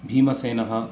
भीमसेनः